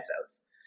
cells